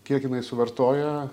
kiek jinai suvartoja